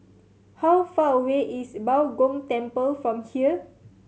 how far away is Bao Gong Temple from here